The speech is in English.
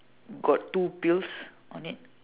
got two pills on it